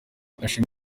ndashima